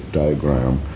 diagram